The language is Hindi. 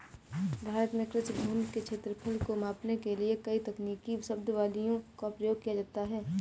भारत में कृषि भूमि के क्षेत्रफल को मापने के लिए कई तकनीकी शब्दावलियों का प्रयोग किया जाता है